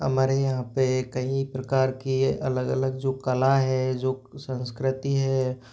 हमारे यहाँ पे कई प्रकार की ये अलग अलग जो कला है जो संस्कृति है